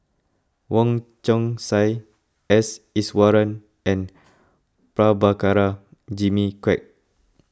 Wong Chong Sai S Iswaran and Prabhakara Jimmy Quek